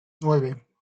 nueve